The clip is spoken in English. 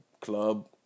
club